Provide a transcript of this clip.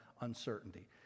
uncertainty